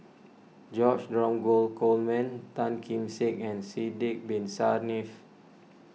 George Dromgold Coleman Tan Kim Seng and Sidek Bin Saniff